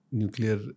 nuclear